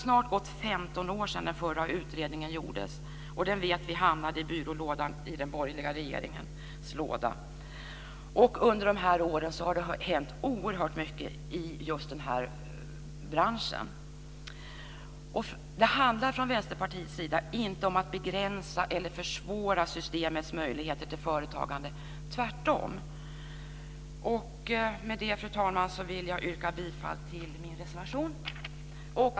Snart är det 15 år sedan den förra utredningen gjordes - vi vet att den hamnade i den borgerliga regeringens låda - men under de här åren har oerhört mycket hänt just inom denna bransch. Från Vänsterpartiets sida handlar det inte om att begränsa eller försvåra vad gäller systemets möjligheter till företagande - tvärtom! Med detta yrkar jag bifall till min reservation.